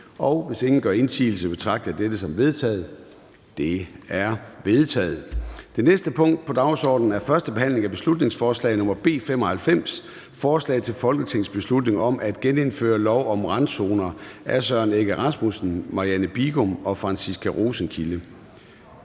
Hvis ingen gør indsigelse, betragter jeg dette som vedtaget. Det er vedtaget. --- Det næste punkt på dagsordenen er: 6) 1. behandling af beslutningsforslag nr. B 95: Forslag til folketingsbeslutning om at genindføre lov om randzoner. Af Søren Egge Rasmussen (EL), Marianne Bigum (SF) og Franciska Rosenkilde